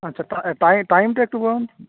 আচ্ছা টাই টাইমটা একটু বলুন